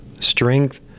strength